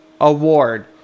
award